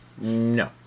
No